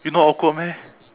you not awkward meh